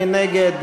מי נגד?